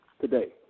Today